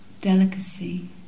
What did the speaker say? delicacy